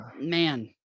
man